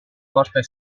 porta